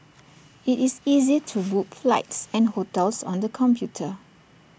IT is easy to book flights and hotels on the computer